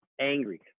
angry